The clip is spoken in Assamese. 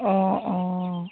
অঁ অঁ